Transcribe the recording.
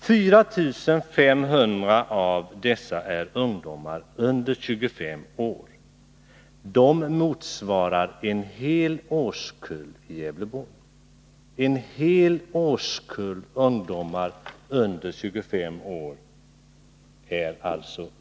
4 500 av dessa är ungdomar under 25 år; de motsvarar Måndagen den en hel årskull ungdomar i Gävleborg.